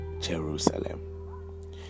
Jerusalem